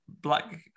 black